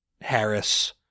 Harris